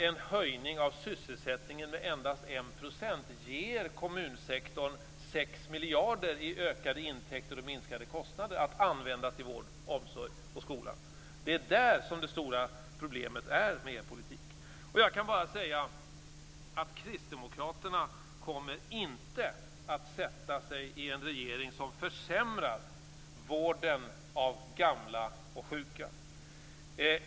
En höjning av sysselsättningen med endast en procent ger kommunsektorn sex miljarder i ökade intäkter och minskade kostnader att använda till vård, omsorg och skola. Det är där som det stora problemet ligger med er politik. Jag kan bara säga att kristdemokraterna inte kommer att sätta sig i en regering som försämrar vården av gamla och sjuka.